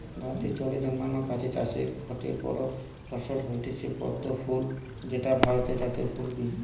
ভারতে জলে জন্মানা গাছের চাষের গটে বড় ফসল হয়ঠে পদ্ম ফুল যৌটা ভারতের জাতীয় ফুল বি